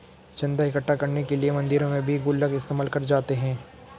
चन्दा इकट्ठा करने के लिए मंदिरों में भी गुल्लक इस्तेमाल करे जाते हैं